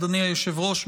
אדוני היושב-ראש,